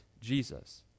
Jesus